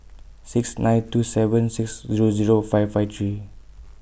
six nine two seven six Zero Zero five five three